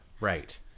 Right